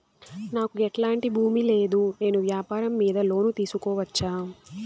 నాకు ఎట్లాంటి భూమి లేదు నేను వ్యాపారం మీద లోను తీసుకోవచ్చా?